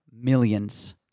millions